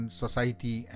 society